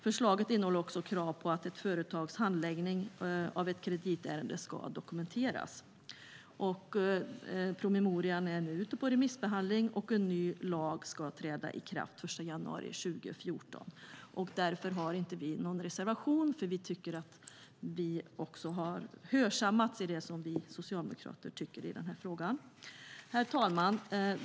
Förslaget innehåller också krav på att ett företags handläggning av ett kreditärende ska dokumenteras. Promemorian är nu ute på remissbehandling, och en ny lag ska träda i kraft den 1 januari 2014. Därför har vi ingen reservation, för vi tycker att vi har hörsammats i det vi socialdemokrater tycker i frågan. Herr talman!